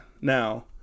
Now